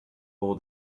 all